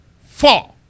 Four